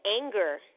anger